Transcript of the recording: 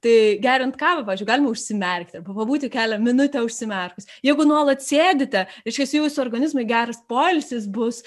tai geriant kavą pavyzdžiui galima užsimerkti arba pabūti kelia minutę užsimerkus jeigu nuolat sėdite reiškias jūsų organizmui geras poilsis bus